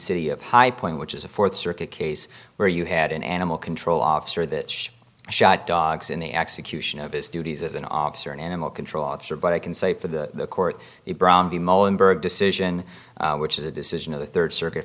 city of high point which is a fourth circuit case where you had an animal control officer that shot dogs in the execution of his duties as an officer an animal control officer but i can say for the court the brown decision which is a decision of the third circuit